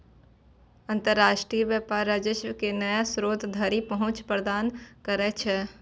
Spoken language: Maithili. अंतरराष्ट्रीय व्यापार राजस्व के नया स्रोत धरि पहुंच प्रदान करै छै